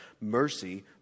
Mercy